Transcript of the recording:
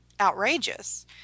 outrageous